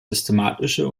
systematische